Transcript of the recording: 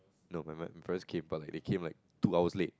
no my my parents came but they came like two hours late